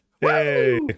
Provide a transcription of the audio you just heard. hey